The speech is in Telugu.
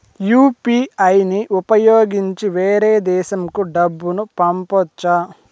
యు.పి.ఐ ని ఉపయోగించి వేరే దేశంకు డబ్బును పంపొచ్చా?